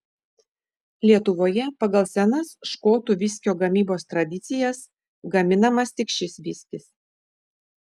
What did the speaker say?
lietuvoje pagal senas škotų viskio gamybos tradicijas gaminamas tik šis viskis